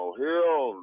hell